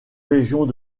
régions